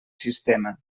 sistema